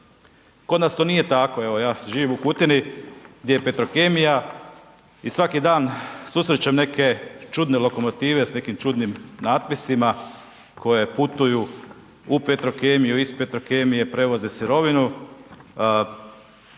Kod nas to nije tako. Evo ja živim u Kutini gdje je Petrokemija i svaki dan susrećem neke čudne lokomotive s nekim čudnim natpisima koje putuju u Petrokemiju, iz Petrokemije prevoze sirovinu.